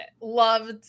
Loved